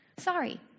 sorry